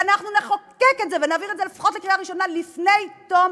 ואנחנו נחוקק את זה ונעביר את זה לפחות לקריאה ראשונה לפני תום